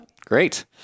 Great